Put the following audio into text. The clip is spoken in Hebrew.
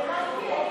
קריאה ראשונה.